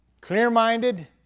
clear-minded